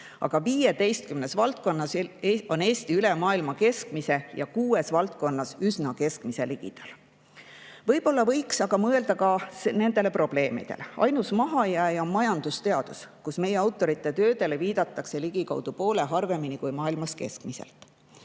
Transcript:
aga 15 valdkonnas on Eesti üle maailma keskmise ja kuues valdkonnas üsna keskmise ligidal. Võib-olla võiks aga mõelda ka nendele probleemidele. Ainus mahajääja on majandusteadus, kus meie autorite töödele viidatakse ligikaudu poole harvemini kui maailmas keskmiselt.